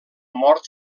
mort